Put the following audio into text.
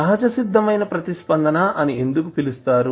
సహజసిద్ధమైన ప్రతిస్పందన అని ఎందుకు పిలుస్తారు